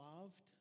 loved